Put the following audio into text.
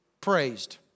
praised